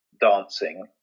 dancing